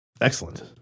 Excellent